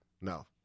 No